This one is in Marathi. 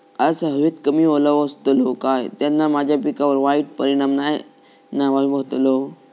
आज हवेत कमी ओलावो असतलो काय त्याना माझ्या पिकावर वाईट परिणाम नाय ना व्हतलो?